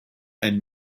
and